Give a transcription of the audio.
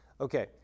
Okay